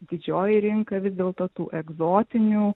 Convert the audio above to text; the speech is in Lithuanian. didžioji rinka vis dėlto tų egzotinių